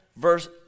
verse